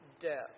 death